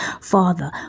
Father